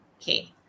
Okay